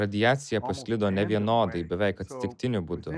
radiacija pasklido nevienodai beveik atsitiktiniu būdu